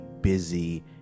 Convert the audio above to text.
busy